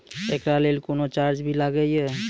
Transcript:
एकरा लेल कुनो चार्ज भी लागैये?